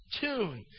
tune